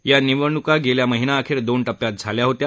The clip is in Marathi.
या निवडणुका गेला महिनाअखेर दोन टप्प्यात झाल्या होत्या